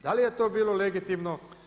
Da li je to bilo legitimno?